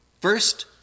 First